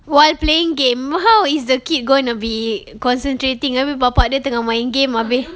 while playing game how is the kid going to be concentrating bapa dia tengah main game